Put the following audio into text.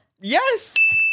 Yes